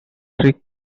trick